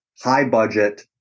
high-budget